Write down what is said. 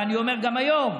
ואני אומר גם היום,